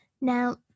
Now